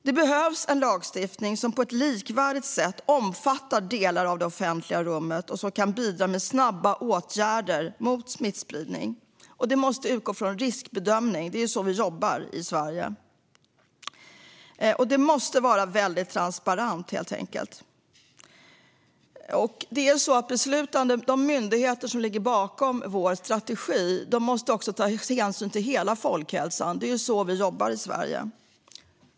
Det behövs en lagstiftning som på ett likvärdigt sätt omfattar delar av det offentliga rummet och som kan bidra med snabba åtgärder mot smittspridningen, och man måste utgå från en riskbedömning. Det är så vi jobbar i Sverige. Det måste vara väldigt transparent helt enkelt. De myndigheter som ligger bakom vår strategi måste ta hänsyn till hela folkhälsan. Det är så vi jobbar i Sverige.